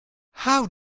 how